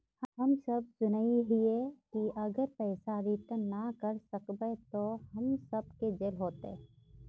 हम सब सुनैय हिये की अगर पैसा रिटर्न ना करे सकबे तो हम सब के जेल होते?